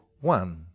one